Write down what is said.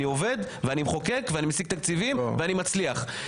אני עובד ואני מחוקק ואני משיג תקציבים ואני מצליח.